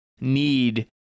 need